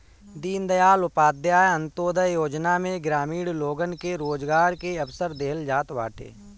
दीनदयाल उपाध्याय अन्त्योदय योजना में ग्रामीण लोगन के रोजगार के अवसर देहल जात बाटे